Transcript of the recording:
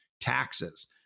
Taxes